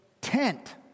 tent